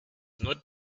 not